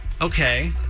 Okay